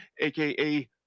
AKA